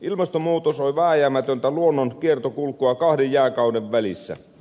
ilmastonmuutos on vääjäämätöntä luonnon kiertokulkua kahden jääkauden välissä